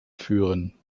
führen